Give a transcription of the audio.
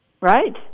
right